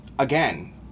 Again